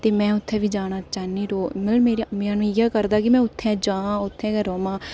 ते में उत्थै बी जाना चाह्न्नीं रोज़ मेरा मन इ'यै करदा की में उत्थै जां ते उत्थै गै र'वां